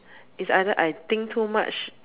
is either I think too much